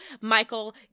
Michael